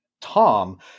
Tom